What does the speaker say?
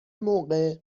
موقع